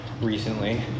recently